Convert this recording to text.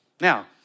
Now